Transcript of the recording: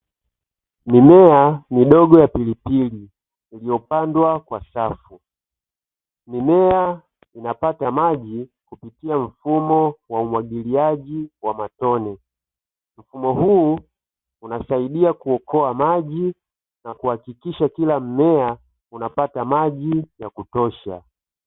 Mimea midogo ya pilipili iliyopandwa kwa safu. Mimea inapata maji kupitia mfumo wa umwagiliaji wa matone. Mfumo huu unasaidia kuokoa maji na kuhakikisha kila mmea unapata maji ya kutosha.